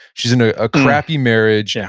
she's in a ah crappy marriage. and